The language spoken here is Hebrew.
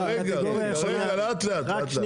רגע, לאט לאט.